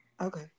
Okay